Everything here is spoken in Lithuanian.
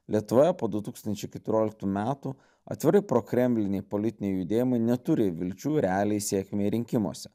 lietuvoje po du tūkstančiai keturioliktų metų atvirai prokremliniai politiniai judėjimai neturi vilčių realiai sėkmei rinkimuose